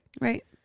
Right